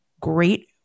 Great